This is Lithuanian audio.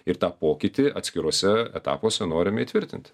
ir tą pokytį atskiruose etapuose norime įtvirtinti